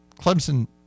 Clemson